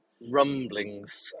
rumblings